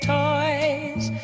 toys